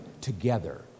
together